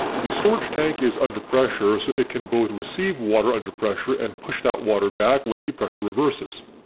the storage tank is under pressure so it can both receive water under pressure and push that water back when the pressure reverses.